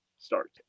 start